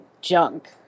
junk